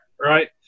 right